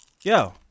Yo